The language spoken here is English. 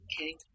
Okay